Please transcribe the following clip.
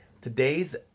today's